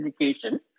education